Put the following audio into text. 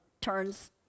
turns